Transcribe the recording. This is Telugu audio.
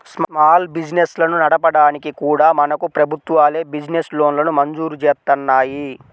స్మాల్ బిజినెస్లను నడపడానికి కూడా మనకు ప్రభుత్వాలే బిజినెస్ లోన్లను మంజూరు జేత్తన్నాయి